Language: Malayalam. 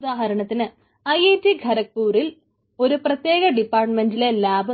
ഉദാഹരണത്തിന് IIT ഖരഗ്പൂറിൽ ഒരു പ്രത്യേക ഡിപ്പാർട്ട്മെന്റിലെ ലാബ്